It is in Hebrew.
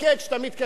אתה כבר מזוהה,